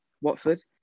Watford